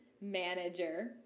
manager